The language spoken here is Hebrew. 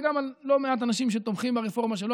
וגם על לא מעט אנשים שתומכים ברפורמה שלו,